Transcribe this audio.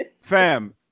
Fam